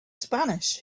spanish